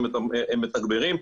הם מתגברים,